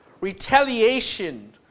retaliation